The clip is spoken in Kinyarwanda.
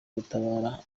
gutabara